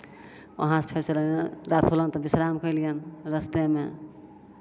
वहाँसँ फेर चललियनि राति होलनि तऽ विश्राम केलियनि रस्तेमे